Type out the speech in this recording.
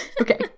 okay